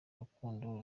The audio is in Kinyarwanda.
rukundo